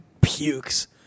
pukes